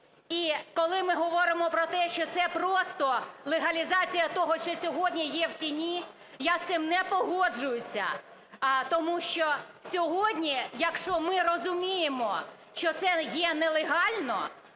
І коли ми говоримо про те, що це просто легалізація того, що сьогодні є в тіні, я з цим не погоджуюся. Тому що сьогодні, якщо ми розуміємо, що це є нелегально,